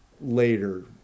later